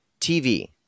TV